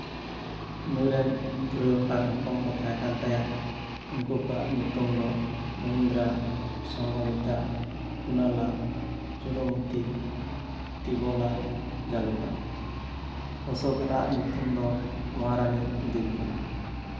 ᱱᱩᱭ ᱨᱮᱱ ᱛᱩᱨᱩᱭ ᱜᱚᱴᱟᱝ ᱦᱚᱯᱚᱱ ᱠᱚ ᱛᱟᱦᱮᱸ ᱠᱟᱱ ᱛᱟᱭᱟ ᱩᱱᱠᱩ ᱠᱚᱣᱟᱜ ᱧᱩᱛᱩᱢ ᱫᱚ ᱢᱚᱦᱤᱱᱫᱨᱟ ᱥᱚᱝᱜᱷᱚᱢᱤᱛᱟ ᱠᱩᱱᱟᱞᱟ ᱪᱟᱨᱩᱢᱚᱛᱤ ᱛᱤᱵᱚᱞᱟ ᱡᱟᱞᱩᱠᱟ ᱚᱥᱳᱠ ᱮᱨᱟ ᱟᱜ ᱧᱩᱛᱩᱢ ᱫᱚ ᱢᱚᱦᱟᱨᱟᱱᱤ ᱫᱮᱵᱤ ᱠᱟᱱᱟ